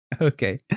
Okay